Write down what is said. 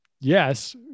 Yes